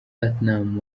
platinum